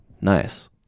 nice